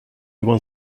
one